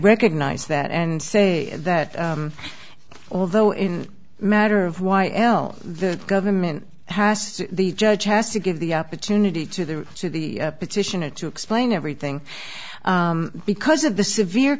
recognize that and say that although in matter of y l the government has the judge has to give the opportunity to the to the petition and to explain everything because of the severe